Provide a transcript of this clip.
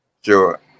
Sure